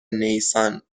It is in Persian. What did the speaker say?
نیسان